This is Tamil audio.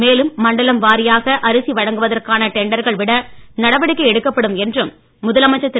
மேலும் மண்டலம் வாரியாக அரிசி வழங்குவதற்கான டெண்டர்கள் விட நடவடிக்கை எடுக்கப்படும் என்றும் முதலமைச்சர் திரு